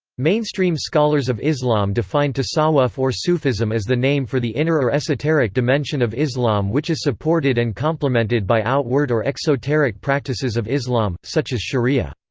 mainstream scholars of islam define tasawwuf or sufism as the name for the inner or esoteric dimension of islam which is supported and complemented by outward or exoteric practices of islam, such as sharia.